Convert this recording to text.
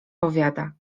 powiada